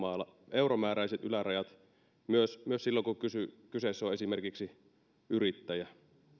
euromääräiset ylärajat myös myös silloin kun kyseessä on esimerkiksi yrittäjä